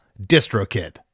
DistroKid